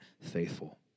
faithful